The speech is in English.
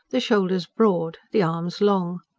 the shoulders broad, the arms long.